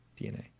DNA